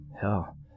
hell